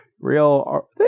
real